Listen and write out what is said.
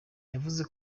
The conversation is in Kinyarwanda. yavuze